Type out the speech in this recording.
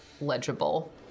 legible